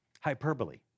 hyperbole